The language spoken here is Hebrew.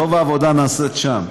רוב העבודה נעשית שם,